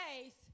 faith